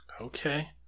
Okay